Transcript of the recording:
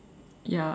ya